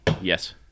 Yes